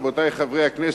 רבותי חברי הכנסת,